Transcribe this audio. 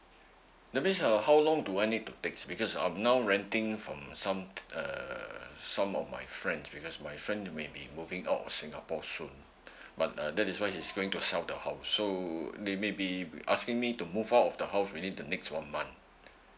that means uh how long do I need to takes because I'm now renting from some err some of my friends because my friend maybe moving out of singapore soon but uh that is why he is going to sell the house so they maybe be asking me to move out of the house within the next one month